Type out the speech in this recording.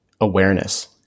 awareness